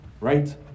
right